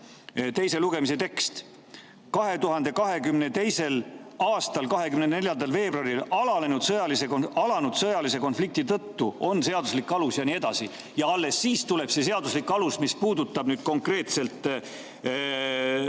teise lugemise teksti: "2022. aasta 24. veebruaril alanud sõjalise konflikti tõttu on seaduslik alus ..." ja nii edasi. Ja alles siis tuleb see seaduslik alus, mis puudutab konkreetselt neid